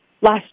last